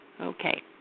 Okay